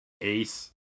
Ace